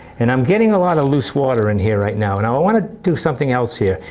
and i'm getting a lot of loose water in here right now. and i want want to do something else here,